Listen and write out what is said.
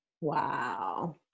Wow